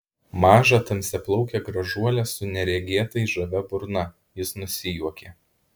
mažą tamsiaplaukę gražuolę su neregėtai žavia burna jis nusijuokė